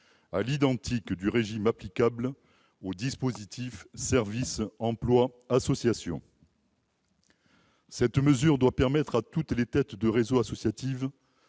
à l'identique du régime applicable au dispositif « service emploi association ». Cette mesure doit permettre à toutes les têtes de réseaux associatives